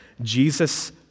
Jesus